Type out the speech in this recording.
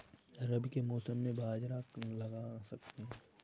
रवि के मौसम में बाजरा लगा सकते हैं?